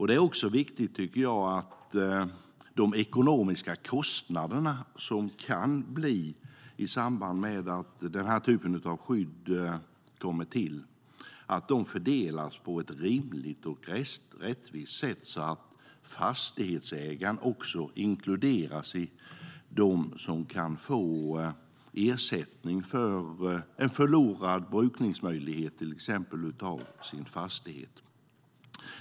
Det är också viktigt, tycker jag, att de ekonomiska kostnader som kan uppstå i samband med att denna typ av skydd kommer till fördelas på ett rimligt och rättvist sätt så att fastighetsägaren också inkluderas i dem som kan få ersättning för en förlorad brukningsmöjlighet av till exempel sin fastighet.